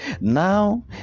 Now